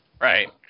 Right